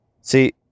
See